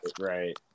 Right